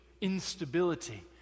instability